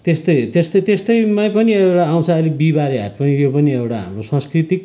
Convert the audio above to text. त्यस्तै त्यस्तै त्यस्तैमै पनि एउटा आउँछ अहिले बिहिबारे हाट पनि यो पनि एउटा हाम्रो सांस्कृतिक